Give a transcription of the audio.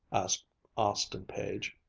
asked austin page,